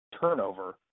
turnover –